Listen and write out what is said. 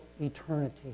eternity